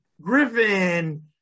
Griffin